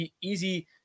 easy